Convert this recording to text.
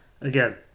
again